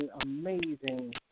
amazing